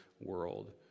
world